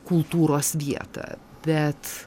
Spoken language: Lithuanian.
kultūros vietą bet